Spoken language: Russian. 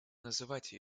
называть